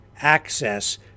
access